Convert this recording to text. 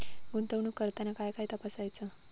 गुंतवणूक करताना काय काय तपासायच?